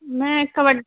ਮੈਂ ਕਬੱਡ